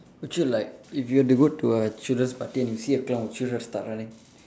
would you like if you had to go to a children's party and you see a clown children start running